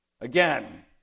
Again